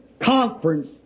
conference